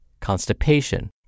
constipation